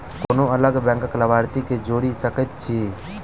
कोना अलग बैंकक लाभार्थी केँ जोड़ी सकैत छी?